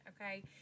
okay